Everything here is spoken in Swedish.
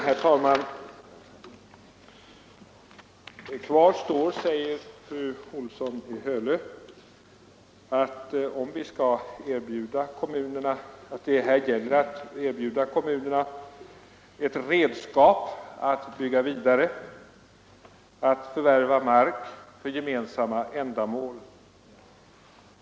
Herr talman! Kvar står, säger fru Olsson i Hölö, att det gäller att erbjuda kommunerna ett redskap för att bygga vidare, att förvärva mark för gemensamma ändamål.